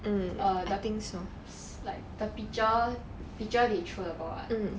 err the like the pitcher pitcher they throw the ball [what]